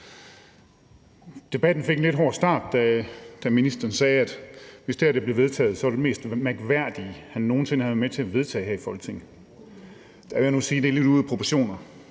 Debatten fik en lidt hård start, da ministeren sagde, at hvis det her blev vedtaget, var det det mest mærkværdige han nogen sinde havde været med til at vedtage her i Folketinget. Der vil jeg nu sige, at det er lidt ude af proportioner.